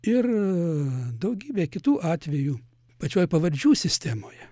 ir daugybė kitų atvejų pačioj pavardžių sistemoje